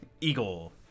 Eagle